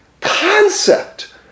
concept